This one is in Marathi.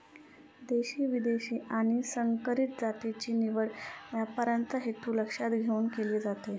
देशी, विदेशी आणि संकरित जातीची निवड व्यापाराचा हेतू लक्षात घेऊन केली जाते